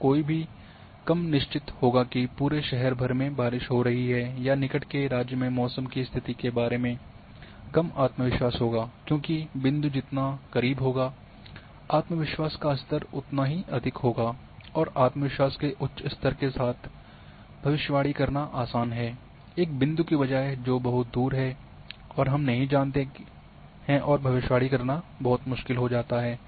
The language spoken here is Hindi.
तो कोई भी कम निश्चित होगा की पूरे शहर भर में बारिश हो रही है या निकट के राज्य में मौसम की स्थिति के बारे में कम आत्मविश्वास होगाक्योंकि बिंदु जितना करीब होगा आत्मविश्वास का स्तर उतना ही अधिक होगा और आत्मविश्वास के उच्च स्तर के साथ भविष्यवाणी करना आसान है एक बिंदु के बजाय जो बहुत दूर है और हम नहीं जानते हैं और भविष्यवाणी करना बहुत मुश्किल हो जाता है